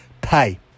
pay